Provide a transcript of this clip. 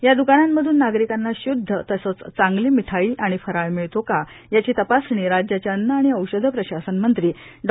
या दुकानांमधून नागरिकांना शुद्ध तसच चांगली मिठाई व फराळ मिळतो का याची तपासणी राज्याचे अन्न आणि औषध प्रशासन मंत्री डॉ